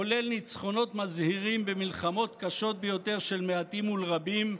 כולל ניצחונות מזהירים במלחמות קשות ביותר של מעטים מול רבים,